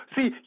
See